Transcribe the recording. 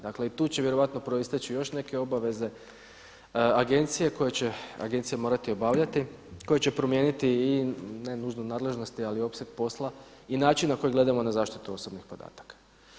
Dakle i tu će vjerojatno proisteći još neke obaveze agencije koje će agencije morati obavljati, koje će promijeniti i ne nužnu nadležnost ali opseg posla i način na koji gledamo na zaštitu osobnih podataka.